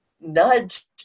nudge